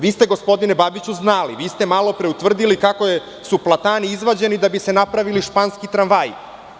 Vi ste gospodine Babiću znali, vi ste malopre utvrdili kako su platani izvađeni da bi se napravili španski tramvaju.